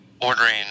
ordering